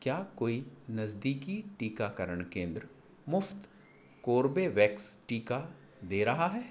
क्या कोई नज़दीकी टीकाकरण केंद्र मुफ़्त कोर्बेवैक्स टीका दे रहा है